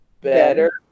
better